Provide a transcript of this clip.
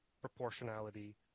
proportionality